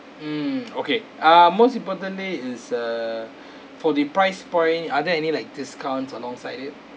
mm okay ah most importantly is err for the price point are there any like discounts alongside it